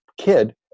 kid